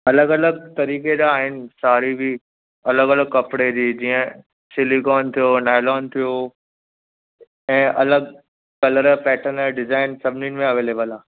अलॻि अलॻि तरीक़े जा आहिनि साड़ी बि अलॻि अलॻि कपिड़े जी जीअं सिलिकोन थियो नाएलोन थियो ऐं अलॻि कलर पैटन डिजाइन सभनिनि में अवेलेब्ल आहे